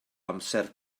amser